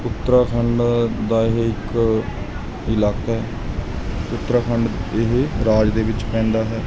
ਉੱਤਰਾਖੰਡ ਦਾ ਇਹ ਇੱਕ ਇਲਾਕਾ ਹੈ ਉੱਤਰਾਖੰਡ ਇਹ ਰਾਜ ਦੇ ਵਿੱਚ ਪੈਂਦਾ ਹੈ